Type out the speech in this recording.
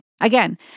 Again